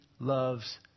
loves